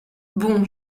bon